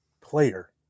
player